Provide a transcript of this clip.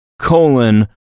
colon